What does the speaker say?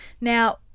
Now